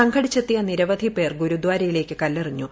സംഘടിച്ചെത്തിയ നിരവധി പേർ ഗുരുദാരയിലേക്ക് കല്ലെറിഞ്ഞു